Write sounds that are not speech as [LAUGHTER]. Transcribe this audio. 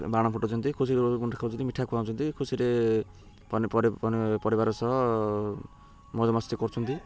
ବାଣ ଫୁଟା ଉଚଛନ୍ତି ଖୁସି [UNINTELLIGIBLE] ଖାଉଛନ୍ତି ମିଠା ଖୁଆଉଛନ୍ତି ଖୁସିରେ ପରିବାର ସହ ମଜାମସ୍ତି କରୁଛନ୍ତି